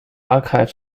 archived